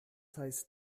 heißt